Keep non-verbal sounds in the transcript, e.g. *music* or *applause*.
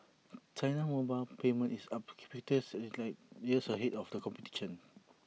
*noise* China's mobile payment is *unintelligible* is light years ahead of the competition